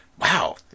Wow